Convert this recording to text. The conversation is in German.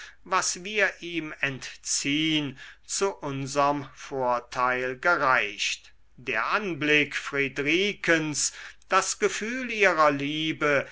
was wir ihm entziehn zu unserm vorteil gereicht der anblick friedrikens das gefühl ihrer liebe